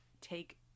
take